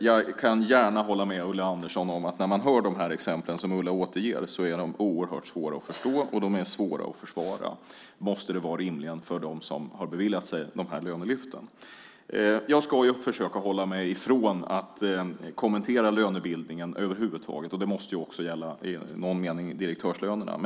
Jag kan gärna hålla med Ulla Andersson om att de exempel som Ulla återger är oerhört svåra att förstå och de måste rimligen vara svåra att försvara för dem som har beviljat sig de lönelyften. Jag ska ju försöka hålla mig ifrån att över huvud taget kommentera lönebildningen. Det måste i någon mening gälla också direktörslönerna.